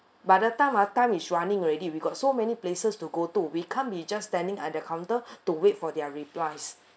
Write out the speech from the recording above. by that time our time is running already we got so many places to go to we can't be just standing at the counter to wait for their replies